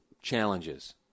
challenges